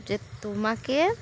যে তোমাকে